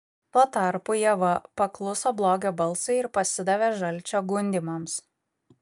tuo tarpu ieva pakluso blogio balsui ir pasidavė žalčio gundymams